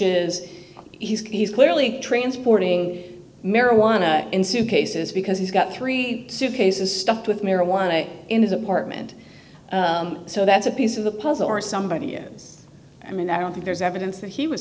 is he's clearly transporting marijuana in suitcases because he's got three suitcases stuffed with marijuana in his apartment so that's a piece of the puzzle or somebody ends i mean i don't think there's evidence that he was